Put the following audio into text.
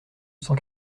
cent